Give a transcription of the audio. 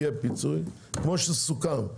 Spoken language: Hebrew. כפי שסוכם.